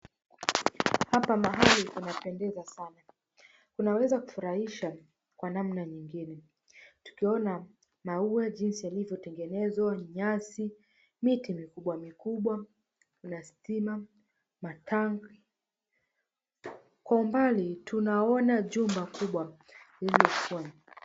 Hapa mahali panapendeza sana unaweza kufurahisha kwa namna nyingine. Tukiona maua jinsi yalivyo tengenezwa, nyasi, miti mikubwa mikubwa kuna stima na tank . Kwa umbali tunaona jumba kubwa lilokua.